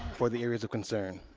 for the areas of concern.